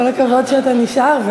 כל הכבוד שאתה נשאר,